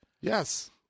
Yes